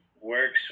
works